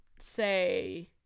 say